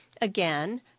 Again